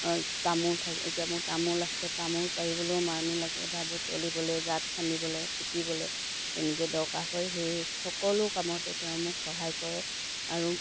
তামোল থাকে এতিয়া মোৰ তামোল আছে তামোল পাৰিবলৈও মানুহ লাগে বা বুতলিবলৈ গাত খান্দিবলৈ পুতিবলৈ যেনেকৈ দৰকাৰ হয় সেই সকলো কামতে তেওঁ মোক সহায় কৰে আৰু